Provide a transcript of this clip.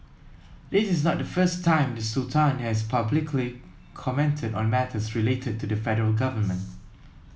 this is not the first time the Sultan has publicly commented on matters related to the federal government